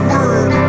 Word